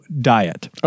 diet